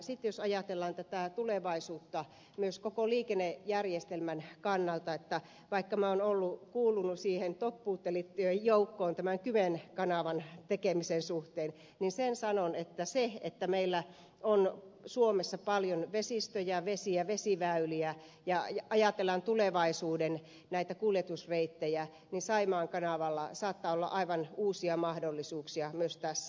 sitten jos ajatellaan tätä tulevaisuutta myös koko liikennejärjestelmän kannalta vaikka olen kuulunut siihen toppuuttelijoitten joukkoon tämän kymen kanavan tekemisen suhteen niin sen sanon että se että meillä on suomessa paljon vesistöjä vesiä vesiväyliä ja jos ajatellaan tulevaisuuden kuljetusreittejä niin saimaan kanavalla saattaa olla aivan uusia mahdollisuuksia myös tässä